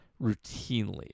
routinely